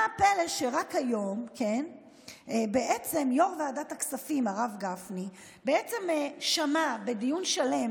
מה הפלא שרק היום בעצם יו"ר ועדת הכספים הרב גפני בעצם שמע בדיון שלם